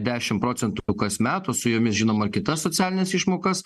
dešim procentų kasmet o su jomis žinoma kitas socialines išmokas